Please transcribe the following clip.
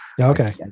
Okay